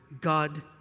God